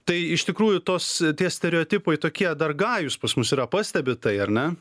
tai iš tikrųjų tos tie stereotipai tokie dar gajūs pas mus yra pastebit tai ar ne